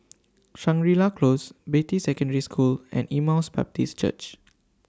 Shangri La Close Beatty Secondary School and Emmaus Baptist Church